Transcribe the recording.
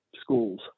schools